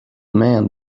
man